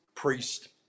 priest